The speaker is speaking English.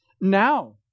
now